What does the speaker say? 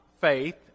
faith